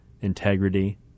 integrity